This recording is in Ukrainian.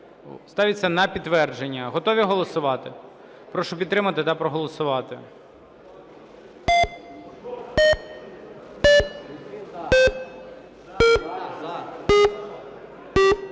Ставиться на підтвердження. Готові голосувати? Прошу підтримати та проголосувати.